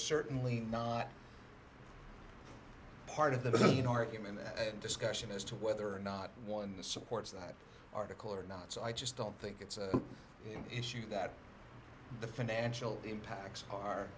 certainly not part of the budget argument and discussion as to whether or not one supports that article or not so i just don't think it's an issue that the financial impacts are